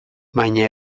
baina